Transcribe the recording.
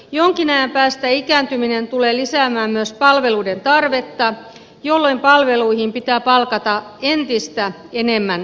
jonkin ajan päästä ikääntyminen tulee lisäämään myös palveluiden tarvetta jolloin palveluihin pitää palkata entistä enemmän työvoimaa